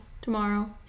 tomorrow